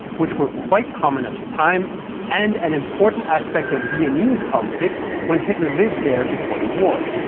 which were quite common at the time and an important aspect of viennese politics when hitler lived there before the war.